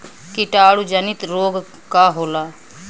कीटाणु जनित रोग का होला?